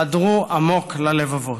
חדרו עמוק ללבבות.